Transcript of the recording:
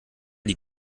die